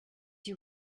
you